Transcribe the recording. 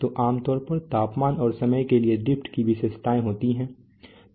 तो आम तौर पर तापमान और समय के लिए ड्रिफ्ट की विशेषता होती है